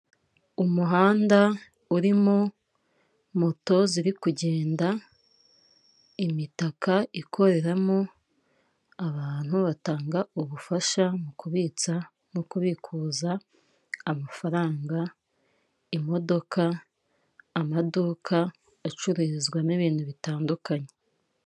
Umuhanda urimo moto ziri kugenda, imitaka ikoreramo abantu batanga ubufasha mu kubitsa no kubikuza amafaranga, imodoka, amaduka acururizwamo ibintu bitandukanye.